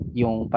yung